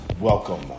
Welcome